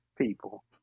people